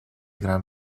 gran